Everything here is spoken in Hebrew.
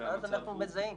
והמצב הוא?